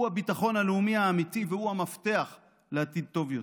הוא הביטחון הלאומי האמיתי והוא המפתח לעתיד טוב יותר.